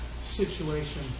situation